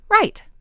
Right